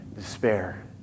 despair